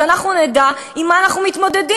ואז אנחנו נדע עם מה אנחנו מתמודדים.